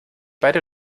beide